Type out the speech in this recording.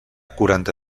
quaranta